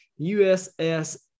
USS